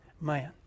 man